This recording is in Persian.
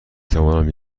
توانم